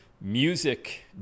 music